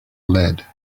lead